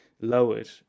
lowered